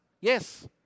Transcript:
Yes